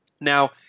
now